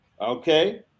Okay